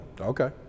Okay